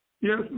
Yes